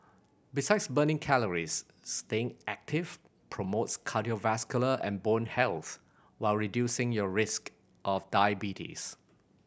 besides burning calories staying active promotes cardiovascular and bone health while reducing your risk of diabetes